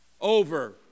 Over